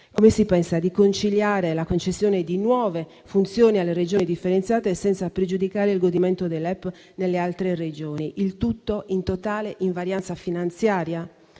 Come si pensa di conciliare la concessione di nuove funzioni differenziate alle Regioni senza pregiudicare il godimento dei LEP nelle altre Regioni, il tutto in totale invarianza finanziaria?